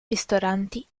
ristoranti